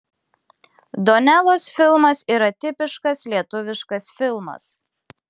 donelos filmas yra tipiškas lietuviškas filmas